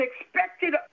expected